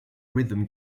rhythm